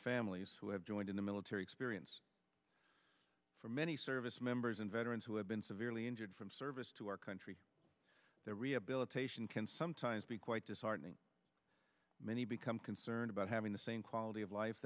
families who have joined in the military experience for many service members and veterans who have been severely injured from service to our country their rehabilitation can sometimes be quite disheartening many become concerned about having the same quality of life